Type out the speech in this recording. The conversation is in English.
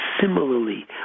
similarly